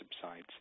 subsides